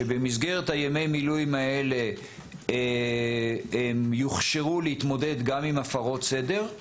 כשבמסגרת ימי המילואים האלה הם יוכשרו להתמודד גם עם הפרות סדר,